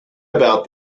about